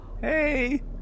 Hey